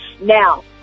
Now